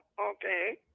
okay